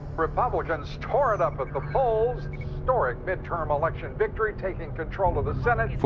republicans tore it up at the polls historic midterm election victory, taking control of the senate.